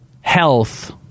health